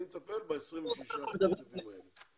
אני מטפל ב-26 העובדים האלה.